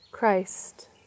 Christ